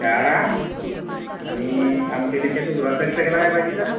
चार आण आणि एक आमटीला त्यासोबत रस्सा गिस्सा केला काय भाजीचा